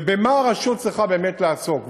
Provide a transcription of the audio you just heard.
ובמה הרשות צריכה לעסוק.